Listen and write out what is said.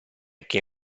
che